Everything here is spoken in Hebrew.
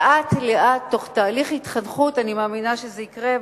לאט-לאט, תוך תהליך התחנכות, אני מאמינה שזה יקרה.